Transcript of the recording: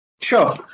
Sure